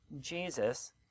Jesus